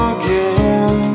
again